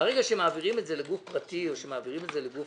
ברגע שמעבירים את זה לגוף פרטי או שמעבירים את זה לגוף,